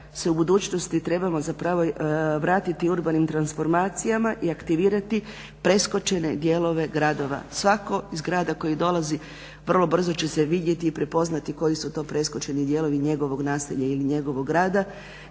u budućnosti trebamo zapravo vratiti urbanim transformacijama i aktivirati preskočene dijelove gradova. Svatko iz grada iz kojeg dolazi vrlo brzo će se vidjeti i prepoznati koji su to preskočeni dijelovi njegovog naselja ili njegovog rada